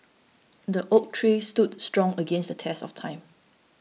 the oak tree stood strong against the test of time